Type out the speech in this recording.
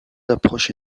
approches